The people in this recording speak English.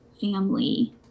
family